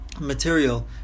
material